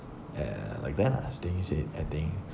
and like that lah